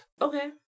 Okay